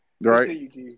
Right